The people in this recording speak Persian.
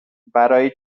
برای